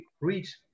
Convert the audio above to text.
reach